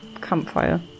campfire